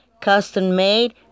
custom-made